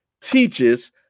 teaches